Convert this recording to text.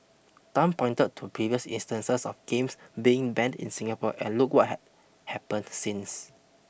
Tan pointed to previous instances of games being banned in Singapore and look what had happened since